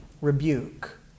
rebuke